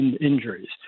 injuries